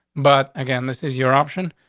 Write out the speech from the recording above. but again, this is your option.